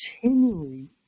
continually